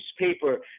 newspaper